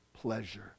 pleasure